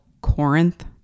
Corinth